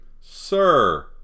sir